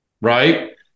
right